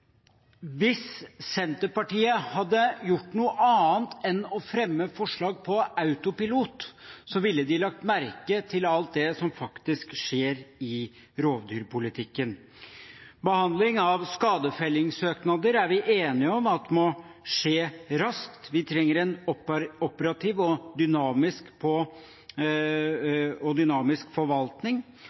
Hvis Senterpartiet hadde gjort noe annet enn å fremme forslag på autopilot, ville de ha lagt merke til alt det som skjer i rovdyrpolitikken: Behandling av skadefellingssøknader er vi enige om må skje raskt. Vi trenger en operativ og dynamisk forvaltning. Det arbeides nå for en enda mer tydelig soneforvaltning. Forslag som er sendt ut på